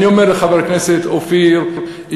אני אומר לחברי הכנסת אופיר, יריב,